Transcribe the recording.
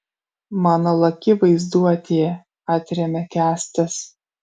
mano laki vaizduotė atremia kęstas